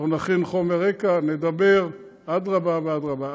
אנחנו נכין חומר רקע, נדבר, אדרבה ואדרבה.